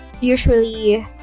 usually